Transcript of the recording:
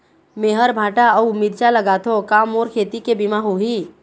मेहर भांटा अऊ मिरचा लगाथो का मोर खेती के बीमा होही?